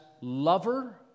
lover